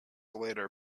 later